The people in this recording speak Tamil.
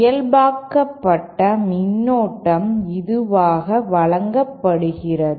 இயல்பாக்கப்பட்ட மின்னோட்டம் இதுவாக வழங்கப்படுகிறது